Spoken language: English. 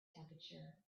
temperature